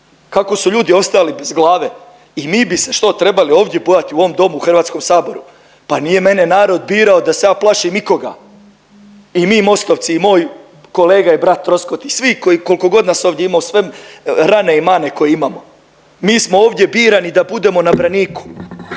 kako su ljudi ostajali bez glave i mi bi se što trebali ovdje bojati u ovom domu u Hrvatskom saboru, pa nije mene narod birao da se ja plašim ikoga i mi MOST-ovci i moj kolega i brat Troskot i svi koliko god nas ovdje ima uz sve rane i mane koje imamo. Mi smo ovdje birani da budemo na braniku